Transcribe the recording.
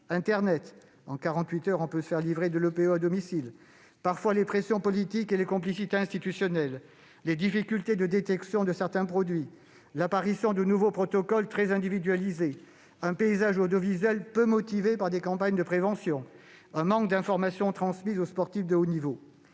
quarante-huit heures, on peut se faire livrer de l'érythropoïétine (EPO) à domicile -et, parfois, les pressions politiques et les complicités institutionnelles, mais aussi les difficultés de détection de certains produits, l'apparition de nouveaux protocoles très individualisés, un paysage audiovisuel peu motivé par des campagnes de prévention, un manque d'informations transmises aux sportifs de haut niveau.